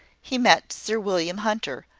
he met sir william hunter,